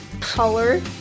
Color